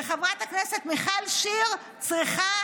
וחברת הכנסת מיכל שיר צריכה